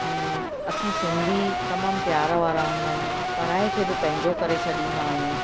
ऐं असां सिंधी तमामु प्यार वारा हूंदा आहियूं पराए खे बि पंहिंजो करे छॾींदा आहियूं